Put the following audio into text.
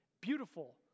Beautiful